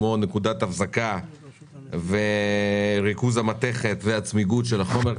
כמו: נקודת החזקה וריכוז המתכת והצמיגות של החומר,